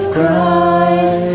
Christ